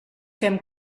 fem